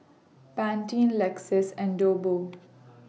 Pantene Lexus and